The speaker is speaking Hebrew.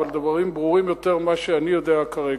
אבל דברים ברורים יותר ממה שאני יודע כרגע.